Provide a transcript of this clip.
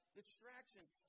distractions